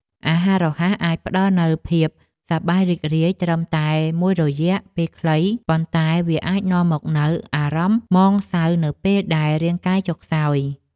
អាហាររហ័សអាចផ្តល់នូវភាពសប្បាយរីករាយត្រឹមតែមួយរយៈពេលខ្លីប៉ុន្តែវាអាចនាំមកនូវអារម្មណ៍ហ្មងសៅនៅពេលដែលរាងកាយចុះខ្សោយ។